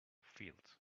field